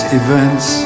events